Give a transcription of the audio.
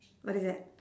what is that